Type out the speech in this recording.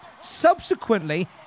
Subsequently